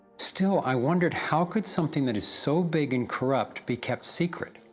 still i wondered how could something that is so big and corrupt be kept secret?